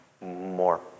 more